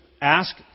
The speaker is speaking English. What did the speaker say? ask